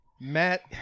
Matt